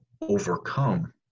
overcome